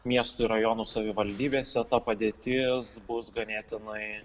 miestų ir rajonų savivaldybėse ta padėtis bus ganėtinai